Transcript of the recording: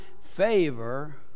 favor